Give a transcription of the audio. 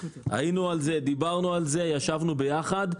היינו על זה, דיברנו על זה, ישבנו יחד.